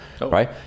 right